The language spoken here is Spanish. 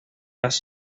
las